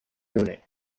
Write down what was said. unit